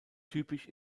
typisch